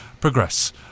progress